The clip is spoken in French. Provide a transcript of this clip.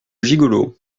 gigolo